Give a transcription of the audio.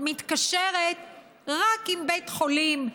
היא מתקשרת רק עם בית חולים כרמל,